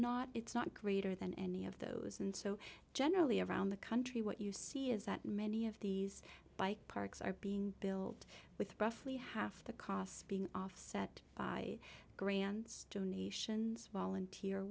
not it's not greater than any of those and so generally around the country what you see is that many of these bike parks are being built with roughly half the costs being offset by grants donations volunteer